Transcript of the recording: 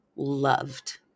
loved